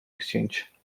exchange